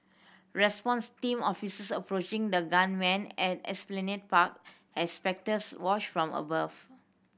response team officers approaching the gunman at Esplanade Park as spectators watch from above